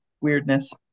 weirdness